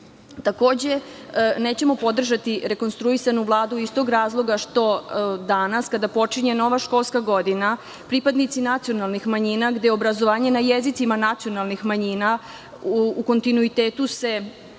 Vlade. Takođe, nećemo podržati rekonstruisanu Vladu iz tog razloga što danas kada počinje nova školska godina pripadnici nacionalnih manjina gde obrazovanje na jezicima nacionalnih manjina u kontinuitetu se